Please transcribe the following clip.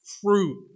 fruit